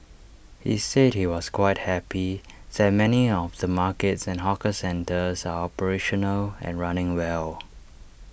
he said he was quite happy that many of the markets and hawker centres are operational and running well